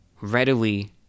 readily